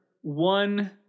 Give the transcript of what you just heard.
one